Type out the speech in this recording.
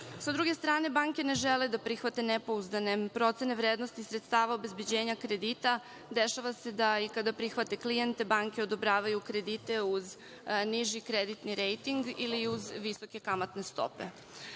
druge strane, banke ne žele da prihvate nepouzdane procene vrednosti sredstava obezbeđenja kredita. Dešava se da, i kada prihvate klijente, banke odobravaju kredite uz niži kreditni rejting ili uz visoke kamatne stope. Dakle,